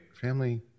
Family